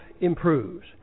improves